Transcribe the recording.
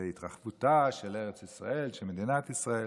להתרחבותה של ארץ ישראל, של מדינת ישראל.